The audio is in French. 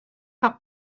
par